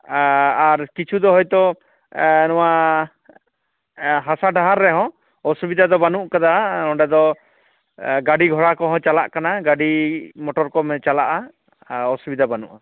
ᱟᱨ ᱠᱤᱪᱷᱩ ᱫᱚ ᱦᱳᱭᱛᱳ ᱱᱚᱣᱟ ᱦᱟᱥᱟ ᱰᱟᱦᱟᱨ ᱨᱮᱦᱚᱸ ᱚᱥᱩᱵᱤᱫᱟ ᱫᱚ ᱵᱟᱹᱱᱩᱜ ᱟᱠᱟᱫᱟ ᱚᱸᱰᱮ ᱫᱚ ᱜᱟᱹᱰᱤ ᱜᱷᱚᱲᱟ ᱠᱚᱦᱚᱸ ᱪᱟᱞᱟᱜ ᱠᱟᱱᱟ ᱜᱟᱹᱰᱤ ᱢᱚᱴᱚᱨ ᱠᱚ ᱪᱟᱞᱟᱜᱼᱟ ᱚᱥᱩᱵᱤᱫᱟ ᱵᱟᱹᱱᱩᱜᱼᱟ